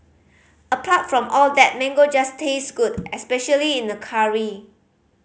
apart from all that mango just tastes good especially in a curry